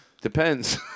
Depends